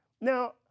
Now